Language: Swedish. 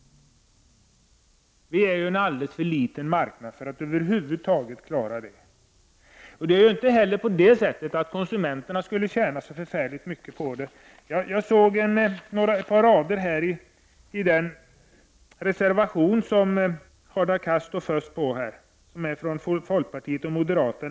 Vi är en alldeles för liten marknad för att över huvud taget klara det. Inte heller skulle konsumenterna tjäna så förfärligt mycket på det. Jag såg ett par rader i den reservation under vilken Hadar Cars namn står först. Den är avgiven av folkpartiet och moderaterna.